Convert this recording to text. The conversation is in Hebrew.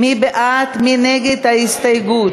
מי בעד ומי נגד ההסתייגות?